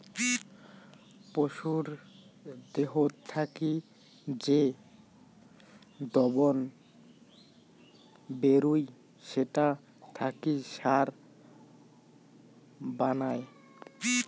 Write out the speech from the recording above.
পশুর দেহত থাকি যে দবন বেরুই সেটা থাকি সার বানায়